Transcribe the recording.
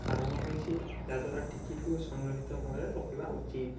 କାରଣ ହୋଇଛି ଯାହା ଦ୍ୱାରା ଟିକିଟ୍କୁ ସଂଗ୍ରହିତ ଭାବରେ ରଖିବା ଉଚିତ୍